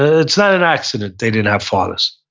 ah it's not an accident they didn't have fathers.